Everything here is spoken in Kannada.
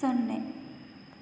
ಸೊನ್ನೆ